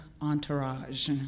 entourage